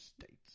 States